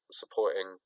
supporting